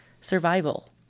survival